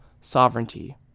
sovereignty